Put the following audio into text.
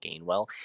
Gainwell